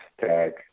tag